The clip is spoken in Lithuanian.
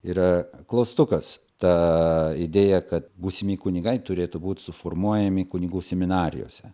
yra klaustukas ta idėja kad būsimi kunigai turėtų būti suformuojami kunigų seminarijose